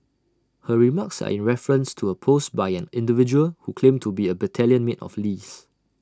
her remarks are in reference to A post by an individual who claimed to be A battalion mate of Lee's